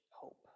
hope